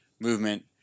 movement